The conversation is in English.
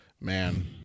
man